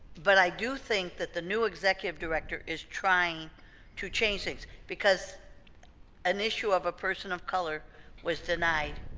but i do think that the new executive director is trying to change things because an issue of a person of color was denied